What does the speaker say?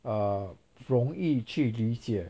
err 容易去理解